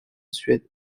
suède